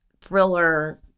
thriller